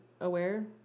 aware